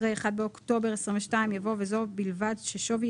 אחרי '1 באוקטובר 2022' יבוא 'וזו בלבד ששווי